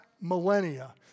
millennia